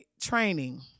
training